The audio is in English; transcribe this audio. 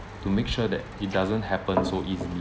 to make sure that it doesn't happen so easily